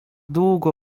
długo